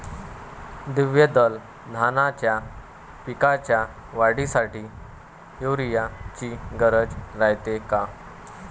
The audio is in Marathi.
द्विदल धान्याच्या पिकाच्या वाढीसाठी यूरिया ची गरज रायते का?